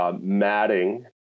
matting